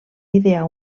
idear